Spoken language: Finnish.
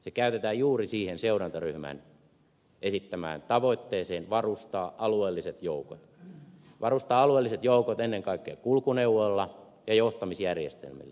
se käytetään juuri siihen seurantaryhmän esittämään tavoitteeseen varustaa alueelliset joukot varustaa alueelliset joukot ennen kaikkea kulkuneuvoilla ja johtamisjärjestelmillä